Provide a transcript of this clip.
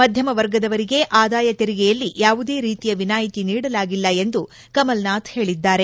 ಮಧ್ಯಮ ವರ್ಗದವರಿಗೆ ಆದಾಯ ತೆಂಗೆಯಲ್ಲಿ ಯಾವುದೇ ರೀತಿಯ ವಿನಾಯಿತಿ ನೀಡಲಾಗಿಲ್ಲ ಎಂದು ಕಮಲ್ ನಾಥ್ ಹೇಳಿದ್ದಾರೆ